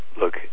look